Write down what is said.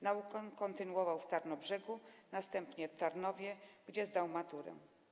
Naukę kontynuował w Tarnobrzegu, następnie w Tarnowie, gdzie zdał maturę.